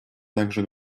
также